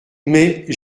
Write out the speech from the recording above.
mais